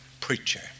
preacher